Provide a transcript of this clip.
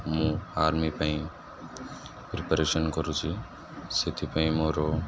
ମୁଁ ଆର୍ମି ପାଇଁ ପ୍ରିପାରେସନ୍ କରୁଛି ସେଥିପାଇଁ ମୋର